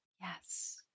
Yes